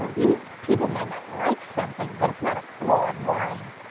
um people might not like something, but it's not a flawed wine,